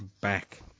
back